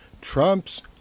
Trump's